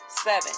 seven